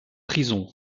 prison